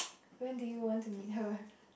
when do you want to meet her